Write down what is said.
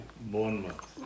Bournemouth